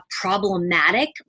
problematic